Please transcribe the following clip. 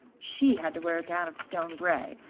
she had to wear a gown of stone grey,